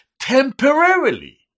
temporarily